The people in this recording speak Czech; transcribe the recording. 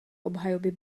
obhajoby